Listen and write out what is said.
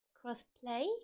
Cross-play